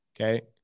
okay